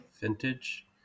vintage